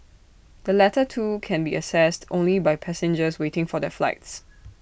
the latter two can be accessed only by passengers waiting for their flights